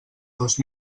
dos